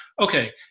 Okay